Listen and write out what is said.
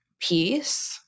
peace